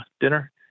dinner